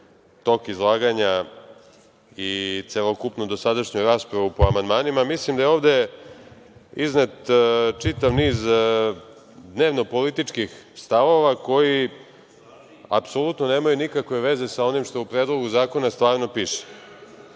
tok izlaganja i celokupnu dosadašnju raspravu po amandmanima, mislim da je ovde iznet čitav niz dnevnopolitičkih stavova koji apsolutno nemaju nikakve veze sa onim što u Predlogu zakona stvarno piše. Pre